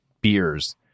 beers